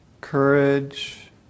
courage